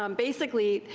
um basically,